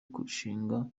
kurushinga